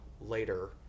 later